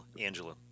Angela